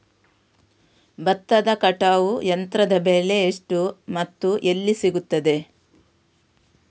ಭತ್ತದ ಕಟಾವು ಯಂತ್ರದ ಬೆಲೆ ಎಷ್ಟು ಮತ್ತು ಎಲ್ಲಿ ಸಿಗುತ್ತದೆ?